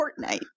Fortnite